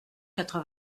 quatre